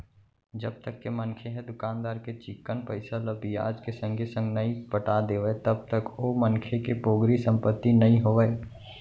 जब तक के मनखे ह दुकानदार के चिक्कन पइसा ल बियाज के संगे संग नइ पटा देवय तब तक ओ मनखे के पोगरी संपत्ति नइ होवय